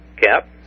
Cap